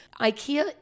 IKEA